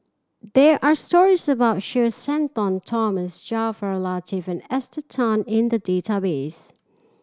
there are stories about Sir Shenton Thomas Jaafar Latiff and Esther Tan in the database